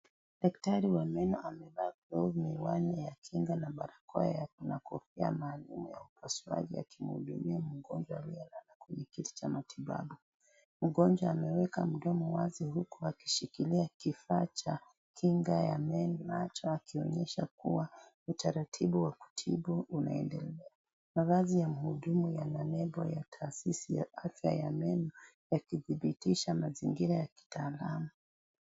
Daktari wa meno amevaa glovu , miwani ya kinga na barakoa na kofia maalum ya upasuaji akimhudumia mgonjwa aliyelala kwenye kiti cha matibabu . Mgonjwa ameweka mdomo wazi huku akishikilia kifaa cha kinga ya macho akionyesha kuwa utaratibu wa kutibu unaendelea . Mavazi ya mhudumu yana nembo ya taasisi ya afya ya meno yakidhibitisha mazingira ya kitaalamu.